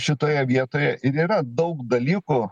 šitoje vietoje ir yra daug dalykų